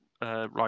right